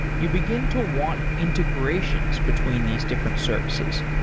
you begin to want integrations between these different services,